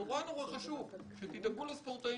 נורא חשוב שתדאגו לספורטאים,